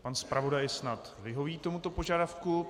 Pan zpravodaj snad vyhoví tomuto požadavku.